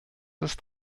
ist